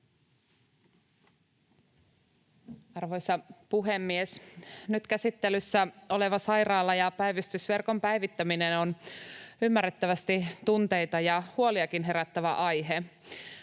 Arvoisa puhemies! Nyt käsittelyssä oleva sairaala- ja päivystysverkon päivittäminen on ymmärrettävästi tunteita ja huoliakin herättävä aihe.